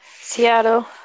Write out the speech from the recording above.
Seattle